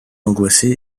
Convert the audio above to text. angoissé